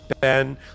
Ben